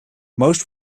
most